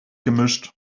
gemischt